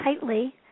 tightly